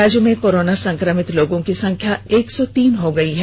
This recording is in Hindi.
राज्य में कोरोना संक्रमित लोगों की संख्या अब तक एक सौ तीन हो गई है